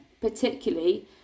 particularly